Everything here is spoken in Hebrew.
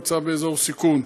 הנמצא באזור סיכון.